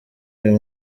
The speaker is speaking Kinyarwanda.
uyu